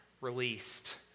released